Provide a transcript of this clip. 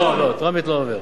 לא, טרומית לא עובר.